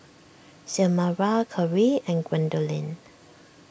Xiomara Keri and Gwendolyn